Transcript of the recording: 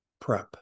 Prep